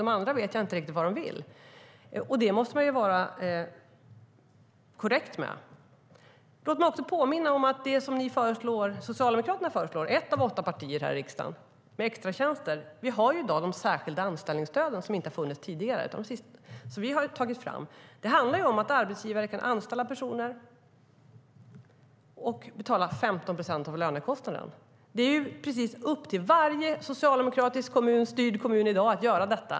De andra vet jag inte riktigt vad de vill. Man måste vara korrekt när det gäller detta. Låt mig påminna om något när det gäller det som Socialdemokraterna - ett av åtta partier här i riksdagen - om extratjänster. Vi har i dag de särskilda anställningsstöden, som inte har funnits tidigare och som vi har tagit fram. Det handlar om att arbetsgivare kan anställa personer och betala 15 procent av lönekostnaden. Det är upp till varje socialdemokratiskt styrd kommun i dag att göra detta.